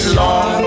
long